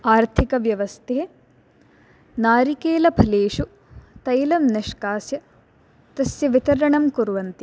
आर्तिकव्यवस्थे नारिकेलफलेषु तैलं निष्कास्य तस्य वितरणं कुर्वन्ति